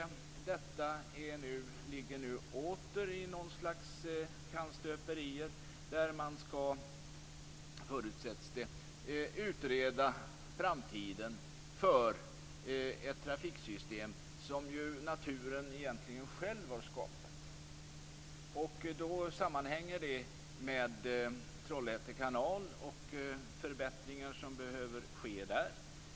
Detta ligger nu åter i något slags kannstöperier där man skall utreda framtiden för ett trafiksystem som naturen själv har skapat. Detta sammanhänger med Trollhätte kanal och de förbättringar som där behöver ske. Fru talman!